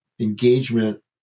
engagement